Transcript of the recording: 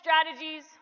strategies